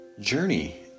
journey